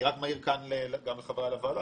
אני רק מעיר כאן גם לחבריי בוועדה,